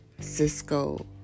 Cisco